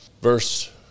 Verse